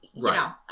Right